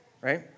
right